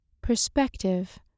Perspective